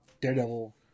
Daredevil